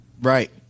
Right